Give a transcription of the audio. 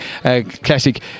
classic